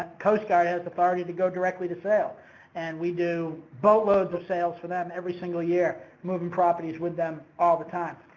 ah coast guard has authority to go directly to sale and we do boatloads of sales for them every single year moving properties with them all the time.